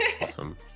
Awesome